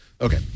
okay